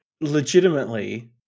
legitimately